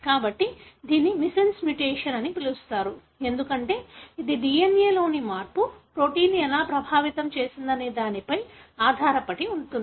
కాబట్టి దీనిని missense mutation అని పిలుస్తారు ఎందుకంటే ఇది DNA లోని మార్పు ప్రోటీన్ను ఎలా ప్రభావితం చేసిందనే దానిపై ఆధారపడి ఉంటుంది